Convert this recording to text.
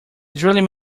drilling